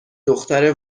دختر